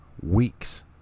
weeks